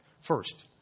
First